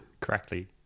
correctly